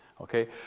Okay